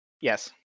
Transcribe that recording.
Yes